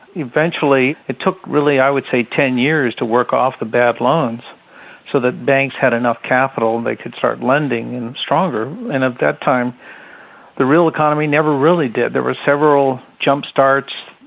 eventually. it took really i would say ten years to work off the bad loans so that banks had enough capital and they could start lending and stronger. and at that time the real economy never really did. there were several jump starts.